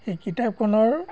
সেই কিতাপখনৰ